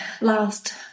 last